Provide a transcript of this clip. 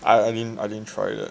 I didn't I didn't try that